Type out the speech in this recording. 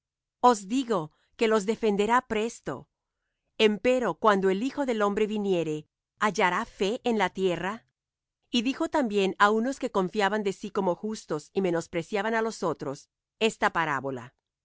os digo que los defenderá presto empero cuando el hijo del hombre viniere hallará fe en la tierra y dijo también á unos que confiaban de sí como justos y menospreciaban á los otros esta parábola